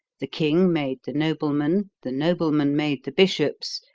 the king made the noblemen, the noblemen made the bishops,